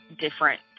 different